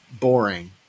boring